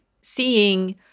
seeing